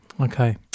Okay